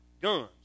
guns